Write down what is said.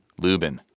lubin